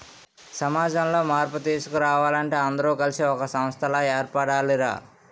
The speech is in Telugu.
సమాజంలో మార్పు తీసుకురావాలంటే అందరూ కలిసి ఒక సంస్థలా ఏర్పడాలి రా